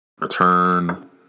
return